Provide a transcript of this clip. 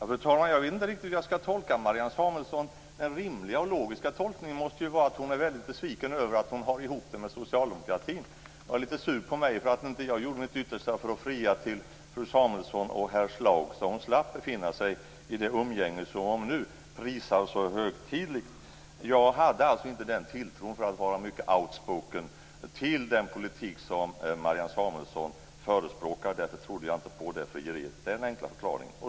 Fru talman! Jag vet inte riktigt hur jag skall tolka Marianne Samuelsson. Den rimliga och logiska tolkningen måste vara att hon är väldigt besviken över att hon har ihop det med socialdemokratin. Hon är litet sur på mig för att jag inte gjorde mitt yttersta för att fria till fru Samuelsson och herr Schlaug så att hon hade sluppit befinna sig i det umgänge som hon nu prisar så högtidligt. Jag hade inte den tilltron, för att vara mycket outspoken, till den politik som Marianne Samuelsson förespråkar. Därför trodde jag inte på det frieriet. Det är den enkla förklaringen.